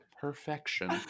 Perfection